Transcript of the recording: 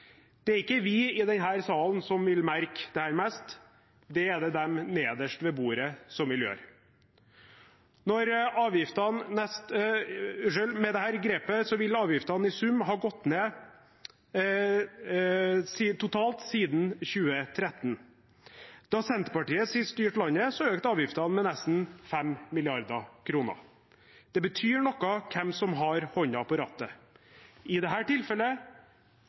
Det er ikke vi i denne salen som vil merke dette mest, det er det de nederst ved bordet som vil gjøre. Med dette grepet vil avgiftene i sum ha gått ned totalt siden 2013. Da Senterpartiet sist styrte landet, økte avgiftene med nesten 5 mrd. kr. Det betyr noe hvem som har hånda på rattet. I dette tilfellet, som i mange andre, skal vi være glade for at det